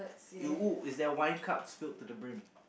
uh !woo! is that wine cup filled to the brim